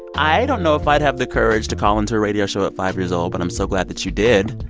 i don't know if i'd have the courage to call into a radio show at five years old, but i'm so glad that you did.